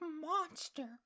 monster